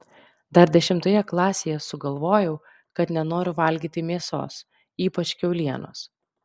dar dešimtoje klasėje sugalvojau kad nenoriu valgyti mėsos ypač kiaulienos